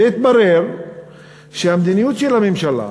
והתברר שהמדיניות של הממשלה,